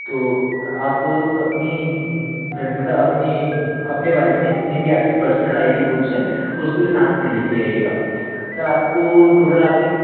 तो आप अपनी मतलब अपनी अपने बारे में जितनी भी आपकी पर्सनल आई डी प्रूफ्स हैं उसको भी साथ में लेकर आइएगा सर आपको टोटल आपने